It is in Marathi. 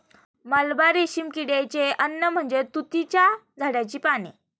मलबा रेशीम किड्याचे अन्न म्हणजे तुतीच्या झाडाची पाने